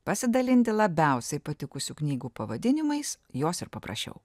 pasidalinti labiausiai patikusių knygų pavadinimais jos ir paprašiau